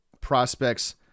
prospects